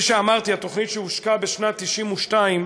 כפי שאמרתי, התוכנית, שהושקה בשנת 1992,